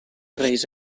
reis